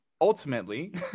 ultimately